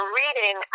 reading